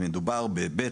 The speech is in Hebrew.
אם מדובר ב-(ב),